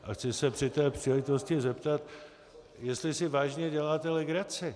A chci se při té příležitosti zeptat, jestli si vážně děláte legraci.